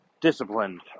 disciplined